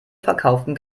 verkauftem